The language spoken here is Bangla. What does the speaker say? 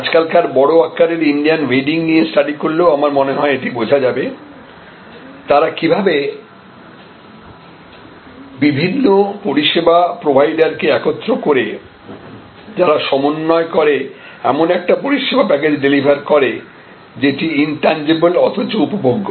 আজকালকার বড় আকারের ইন্ডিয়ান ওয়েডিং নিয়ে স্টাডি করলেও আমার মনে হয় এটা বোঝা যাবে তারা কিভাবে বিভিন্ন পরিষেবা প্রোভাইডারকে একত্র করে যারা সমন্বয় করে এমন একটি পরিষেবা প্যাকেজ ডেলিভার করে যেটি ইন্ট্যাঞ্জিবল অথচ উপভোগ্য